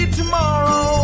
tomorrow